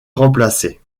remplacer